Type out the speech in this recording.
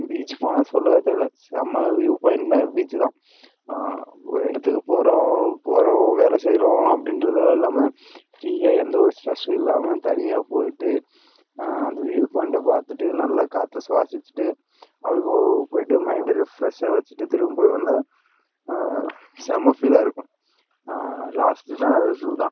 beach போனால் சொல்லவே தேவையில்லை செம வியூவ் பாயிண்ட்னா பீச்சு தான் ஒரு இடத்துக்கு போகறோம் வரோம் வேலை செய்யறோம் அப்படின்றது இல்லாமல் ஃப்ரீயாக எந்த ஒரு ஸ்ட்ரெஸ்ஸும் இல்லாமல் தனியாக போயிவிட்டு அந்த வியூவ் பாயிண்ட்டை பார்த்துட்டு நல்ல காற்ற சுவாசிச்சிட்டு அது போ போய்விட்டு மைண்டை ரெஃப்ரெஸ்ஸாக வச்சிகிட்டு திரும்ப வந்தால் செம ஃபீலாக இருக்கும் லாஸ்ட்டுனா ஸூ தான்